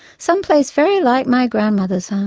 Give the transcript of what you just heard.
some place very like my grandmother's home